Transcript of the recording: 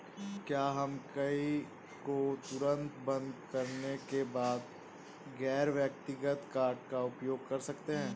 क्या हम कार्ड को तुरंत बंद करने के बाद गैर व्यक्तिगत कार्ड का उपयोग कर सकते हैं?